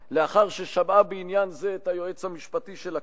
לאחר ששמעה בעניין זה את היועץ המשפטי של הכנסת,